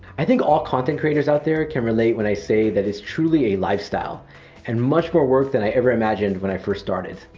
i think all content creators out there can relate when i say that it's truly a lifestyle and much more work than i ever imagined when i first started.